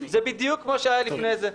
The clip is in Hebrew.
זה בדיוק כפי שהיה לפני כן.